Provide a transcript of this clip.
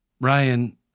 Ryan